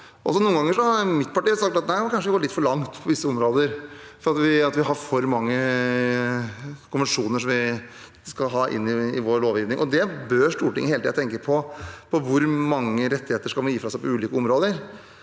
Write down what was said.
Noen ganger har mitt parti sagt at nei, det er kanskje å gå litt for langt på visse områder, vi har for mange konvensjoner vi skal ha inn i vår lovgivning. Stortinget bør hele tiden tenke på hvor mange rettigheter man skal gi fra seg på ulike områder.